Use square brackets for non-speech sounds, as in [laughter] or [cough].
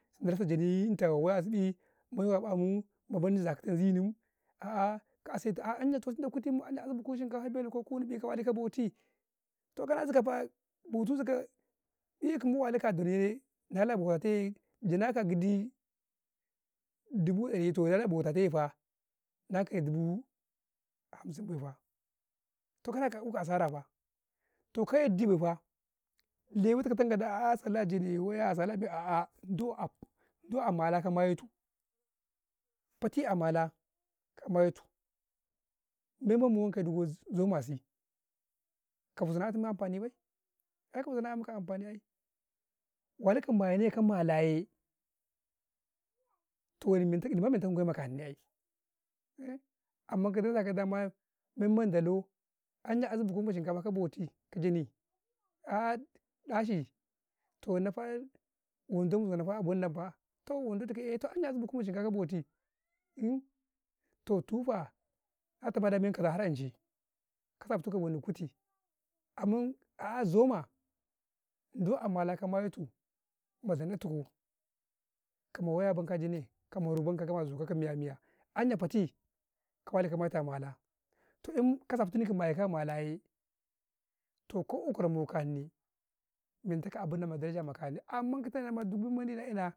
﻿san dala sa jani ita waya su ნi mai wa ma amuu, ma mendi zaka tau zinim, a'ah ka asai tu, tunda kuti, mu an ne buhu shinkafa belu ko kunu bi ka wa lukau ka bauti, toh ka assikka faa bautu su ka yee, ifa ma walika a dar yee, na la buwa tai, jana ka gidii, dubu dari toh nala bauta te na kaye dubu hamsim fa, toh kana ka yuka a sara fa, toh ka yardi bay fa, lewu tu kau da a'ah do a mala ka maye tu, fati a mala ka mai tu, men man mu wau ko dugo zo masi, ka huzau na tun amfani bay, ai ka huzau na ka amfani ai. wali ka ma yane ka mala yee toh Nni ma men tau man gway ma kanni ai [hesitation] amman kadana men men dalau, anya a sa buhu ma shinkafa ka bauti ka jani a'ah daci, toh Nna fa, wando maza na in sai buhu na shinkafa ka bauti [hesitation] toh tufa ma ta ma ai kaza har an ca'ika sabni ka kutu. amman a'aah zo ma doa mala maye ye tu na zan natu ku, kama waye men ka jane ka maru man ka zabe azu kai, ka miya-miya, anya fati ka wali ka mai ta a malaa, toh in ka sabti ki maye ka amala yee, toh ko i kwarau ma kan ni men ta ka abu nan ma daraja ma kai' amman ka ta duk men mendi na'i nau.